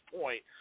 point